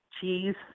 Cheese